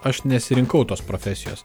aš nesirinkau tos profesijos